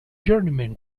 journeyman